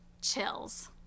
Chills